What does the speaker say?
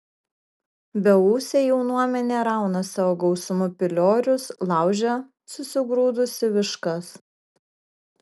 beūsė jaunuomenė rauna savo gausumu piliorius laužia susigrūdusi viškas